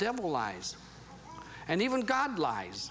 devil lies and even god lies